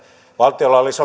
valtiolla olisi